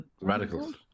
Radicals